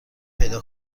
پیدا